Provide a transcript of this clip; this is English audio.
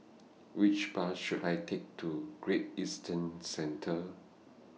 Which Bus should I Take to Great Eastern Centre